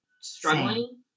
struggling